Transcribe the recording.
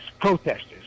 protesters